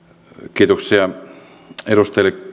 kiitoksia edustajille